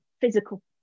physical